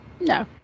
No